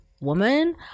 woman